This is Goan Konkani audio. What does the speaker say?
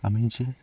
आमी जें